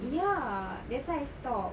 ya that's why I stop